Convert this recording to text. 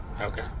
okay